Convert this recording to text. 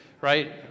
right